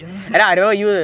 ya lah ya lah